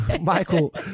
Michael